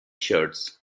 shirts